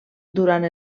durant